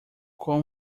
com